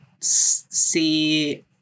see